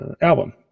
album